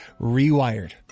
Rewired